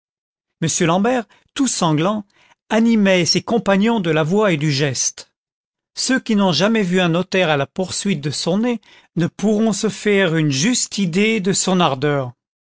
m l'ambert tout sanglant animait ses compagnons de la voix et du geste ceux qui n'ont jamais vu un notaire à la poursuite de son nez ne pourront se faire une juste idée de son ardeur